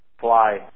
fly